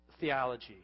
theology